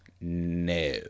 No